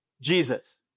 Jesus